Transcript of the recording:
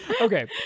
Okay